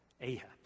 Ahab